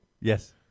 Yes